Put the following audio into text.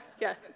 Yes